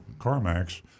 CarMax